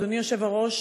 אדוני היושב-ראש,